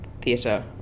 theatre